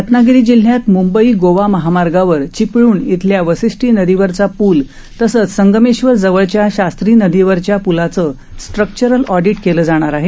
रत्नागिरी जिल्ह्यात मंबई गोवा महामार्गावर चिपळण इथल्या वसिष्ठी नदीवरचा पूल तसंच संगमेश्वरजवळच्या शास्त्री नदीवरच्या प्लाचं स्ट्रक्चरल ऑडिट केलं जाणार आहे